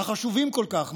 החשובים כל כך,